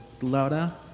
Laura